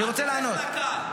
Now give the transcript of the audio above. אתם רוצים שאני אענה לכם או לא?